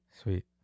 Sweet